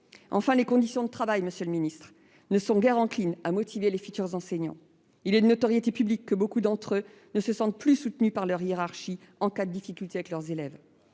Enfin, les conditions de travail, monsieur le ministre, ne sont guère de nature à motiver les futurs enseignants. Il est de notoriété publique que nombre d'entre eux ne se sentent plus soutenus par leur hiérarchie en cas de difficultés avec leurs élèves.